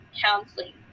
counseling